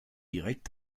direkt